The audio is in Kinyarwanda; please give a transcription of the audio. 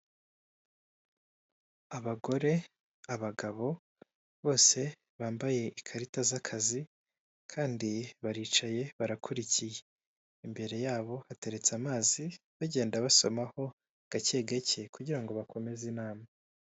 Abagore, abagabo, bose bambaye ikarita z'akazi, kandi baricaye barakurikiye. Imbere yabo hateretse amazi bagenda basomaho gake gake kugira ngo bakomeze inama.